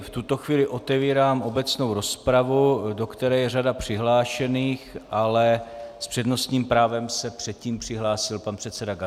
V tuto chvíli otevírám obecnou rozpravu, do které je řada přihlášených, ale s přednostním právem se předtím přihlásil pan předseda Gazdík.